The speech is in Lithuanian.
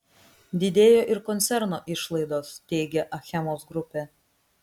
didėjo ir koncerno išlaidos teigia achemos grupė